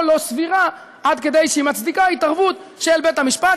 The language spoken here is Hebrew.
לא סבירה עד כדי שהיא מצדיקה התערבות של בית-המשפט,